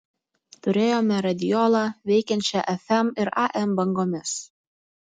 turėjome radiolą veikiančią fm ir am bangomis